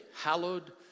Hallowed